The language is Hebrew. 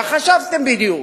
מה חשבתם בדיוק?